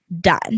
done